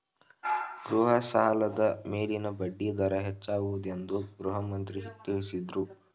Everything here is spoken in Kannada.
ಗೃಹ ಸಾಲದ ಮೇಲಿನ ಬಡ್ಡಿ ದರ ಹೆಚ್ಚಾಗುವುದೆಂದು ಗೃಹಮಂತ್ರಿ ತಿಳಸದ್ರು